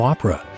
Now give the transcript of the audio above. Opera